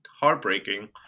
heartbreaking